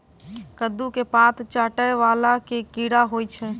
कद्दू केँ पात चाटय वला केँ कीड़ा होइ छै?